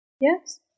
Yes